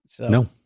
No